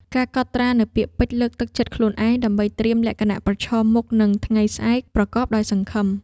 ការកត់ត្រានូវពាក្យពេចន៍លើកទឹកចិត្តខ្លួនឯង ដើម្បីត្រៀមលក្ខណៈប្រឈមមុខនឹងថ្ងៃស្អែកប្រកបដោយសង្ឃឹម។